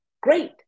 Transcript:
Great